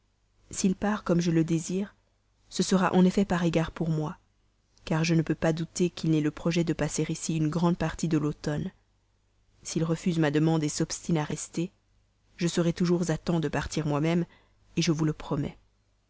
s'il part comme je le désire ce sera en effet par égard pour moi car je ne peux pas douter qu'il n'ait le projet de passer ici une grande partie de l'automne s'il refuse ma demande s'obstine à rester je serai toujours à temps de partir moi-même je vous le promets